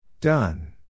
Done